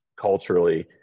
culturally